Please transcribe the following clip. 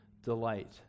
delight